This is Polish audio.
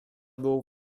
był